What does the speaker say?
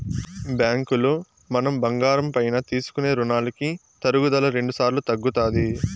బ్యాంకులో మనం బంగారం పైన తీసుకునే రునాలకి తరుగుదల రెండుసార్లు తగ్గుతాది